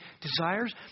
desires